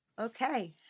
Okay